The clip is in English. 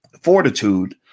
fortitude